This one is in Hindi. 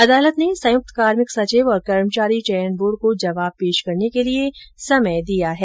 अदालत ने संयुक्त कार्मिक सचिव और कर्मचारी चयन बोर्ड को जवाब पेश करने के लिए समय दिया है